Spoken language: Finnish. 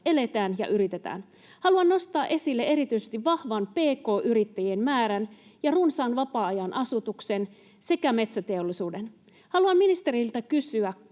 eletään ja yritetään. Haluan nostaa esille erityisesti vahvan pk-yrittäjien määrän ja runsaan vapaa-ajan asutuksen sekä metsäteollisuuden. Haluan ministeriltä kysyä: